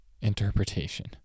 interpretation